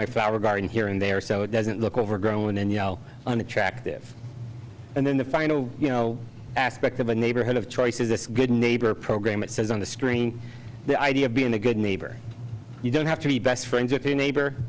my flower garden here and there so it doesn't look overgrown and you know unattractive and then the final you know aspect of a neighborhood of choice is a good neighbor program it says on the screen the idea of being a good neighbor you don't have to be best friends with a neighbor